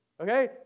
Okay